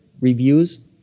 reviews